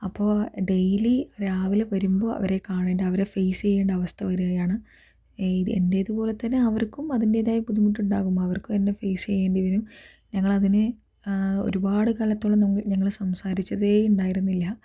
അപ്പോൾ ഡെയിലി രാവിലെ വരുമ്പോൾ അവരെ കാണേണ്ട അവരെ ഫെയ്സ് ചെയ്യേണ്ട അവസ്ഥ വരികയാണ് ഇത് എന്റേതുപോലെത്തന്നെ അവർക്കും അതിൻ്റെതായ ബുദ്ധിമുട്ടുണ്ടാവും അവർക്കും എന്നെ ഫെയ്സ് ചെയ്യേണ്ടിവരും ഞങ്ങൾ അതിന് ഒരുപാട് കാലത്തോളം ഞങ്ങൾ സംസാരിച്ചതെ ഉണ്ടായിരുന്നില്ല